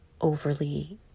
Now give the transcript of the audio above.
overly